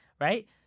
Right